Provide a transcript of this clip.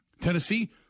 Tennessee